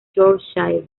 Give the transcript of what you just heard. yorkshire